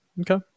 Okay